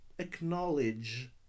Acknowledge